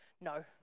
no